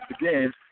again